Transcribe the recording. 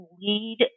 lead